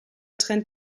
trennt